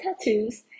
tattoos